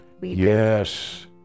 Yes